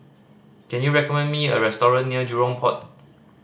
can you recommend me a restaurant near Jurong Port